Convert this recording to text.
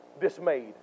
dismayed